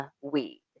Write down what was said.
weed